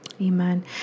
amen